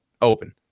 open